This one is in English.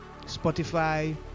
Spotify